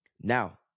Now